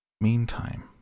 Meantime